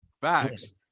Facts